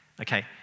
Okay